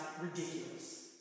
ridiculous